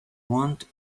want